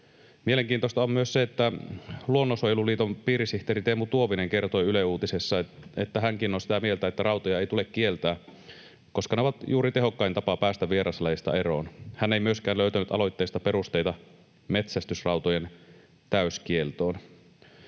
Mielenkiintoista on myös se, että Luonnonsuojeluliiton piirisihteeri Teemu Tuovinen kertoi Ylen uutisissa, että hänkin on sitä mieltä, että rautoja ei tule kieltää, koska ne ovat juuri tehokkain tapa päästä vieraslajeista eroon. Hän ei myöskään löytänyt aloitteesta perusteita metsästysrautojen täyskieltoon.